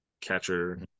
catcher